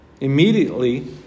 Immediately